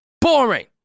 boring